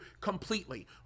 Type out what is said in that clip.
completely